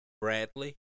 Bradley